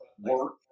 work